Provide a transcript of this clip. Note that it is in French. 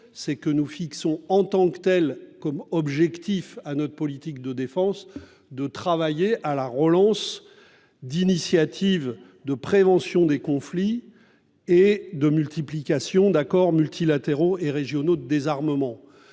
Mais nous fixons aussi comme objectif de notre politique de défense de travailler à la relance d'initiatives de prévention des conflits et à la multiplication des accords multilatéraux et régionaux de désarmement.